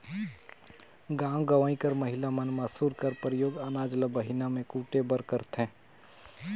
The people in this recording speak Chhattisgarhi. गाँव गंवई कर महिला मन मूसर कर परियोग अनाज ल बहना मे कूटे बर करथे